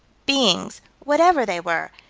beings, whatever they were,